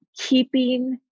keeping